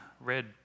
red